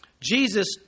Jesus